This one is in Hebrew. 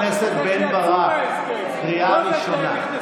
חבר הכנסת בן ברק, קריאה ראשונה.